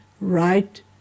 right